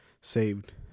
saved